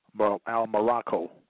Al-Morocco